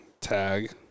tag